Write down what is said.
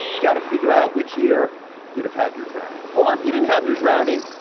got to figure out which year you'd have had your drowning or if you didn't have your drowning,